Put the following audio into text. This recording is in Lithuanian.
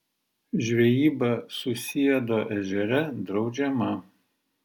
žvejyba susiedo ežere draudžiama